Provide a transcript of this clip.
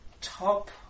top